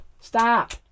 stop